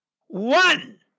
one